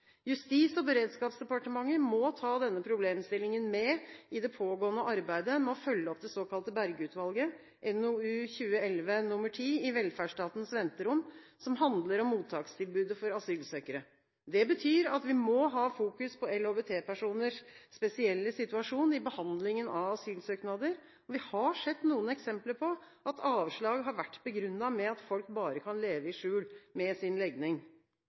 Justis- og beredskapsdepartementet må ta denne problemstillingen med i det pågående arbeidet med å følge opp det såkalte Berge-utvalget, NOU 2011: 10 I velferdsstatens venterom, som handler om mottakstilbudet for asylsøkere. Det betyr at vi må ha fokus på LHBT-personers spesielle situasjon i behandlingen av asylsøknader. Vi har sett noen eksempler på at avslag har vært begrunnet med at folk bare kan leve i skjul med sin legning.